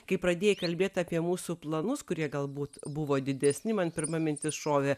kai pradėjai kalbėt apie mūsų planus kurie galbūt buvo didesni man pirma mintis šovė